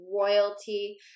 royalty